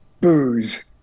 booze